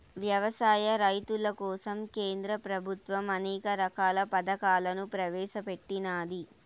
వ్యవసాయ రైతుల కోసం కేంద్ర ప్రభుత్వం అనేక రకాల పథకాలను ప్రవేశపెట్టినాది